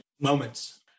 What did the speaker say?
moments